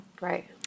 Right